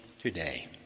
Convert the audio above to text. today